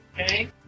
Okay